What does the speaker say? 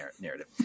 narrative